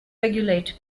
regulate